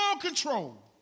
control